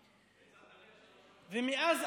ומאז,